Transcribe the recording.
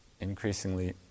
increasingly